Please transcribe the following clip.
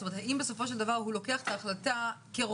אם בסופו של דבר הוא לוק את ההחלטה כרופא